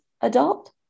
adult